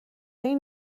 این